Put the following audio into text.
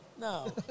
No